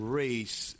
race